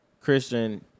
Christian